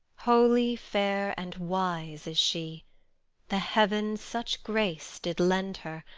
holy, fair, and wise is she the heaven such grace did lend her,